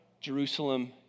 Jerusalem